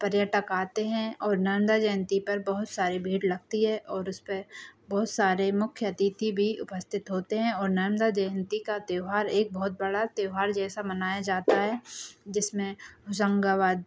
पर्यटक आते हैं और नर्मदा जयंती पर बहुत सारी भीड़ लगती है और उसपे बहुत सारे मुख्य अतिथि भी उपस्थित होते हैं और नर्मदा जयंती का त्योहार एक बहुत बड़ा त्योहार जैसा मनाया जाता है जिसमें होशंगाबाद